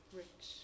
rich